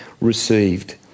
received